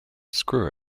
screw